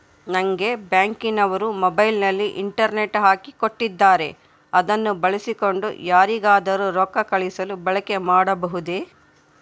ನಂಗೆ ಬ್ಯಾಂಕಿನವರು ಮೊಬೈಲಿನಲ್ಲಿ ಇಂಟರ್ನೆಟ್ ಹಾಕಿ ಕೊಟ್ಟಿದ್ದಾರೆ ಅದನ್ನು ಬಳಸಿಕೊಂಡು ಯಾರಿಗಾದರೂ ರೊಕ್ಕ ಕಳುಹಿಸಲು ಬಳಕೆ ಮಾಡಬಹುದೇ?